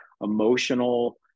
emotional